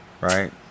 right